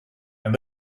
and